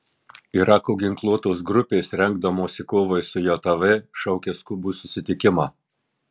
irako ginkluotos grupės rengdamosi kovai su jav šaukia skubų susitikimą